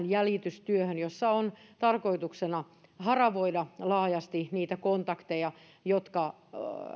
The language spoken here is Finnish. jäljitystyöhön jossa on tarkoituksena haravoida laajasti niitä kontakteja jotka